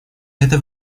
это